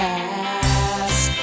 ask